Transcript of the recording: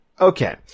Okay